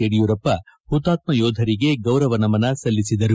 ಯಡಿಯೂರಪ್ಪ ಹುತಾತ್ಮ ಯೋಧರಿಗೆ ಗೌರವ ನಮನ ಸಲ್ಲಿಸಿದರು